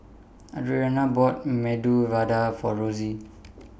Audrianna bought Medu Vada For Rosie